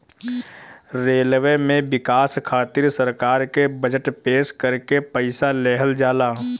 railway में बिकास खातिर सरकार के बजट पेश करके पईसा लेहल जाला